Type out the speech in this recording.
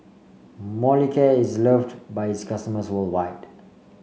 Molicare is loved by its customers worldwide